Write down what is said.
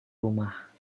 rumah